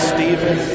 Stephen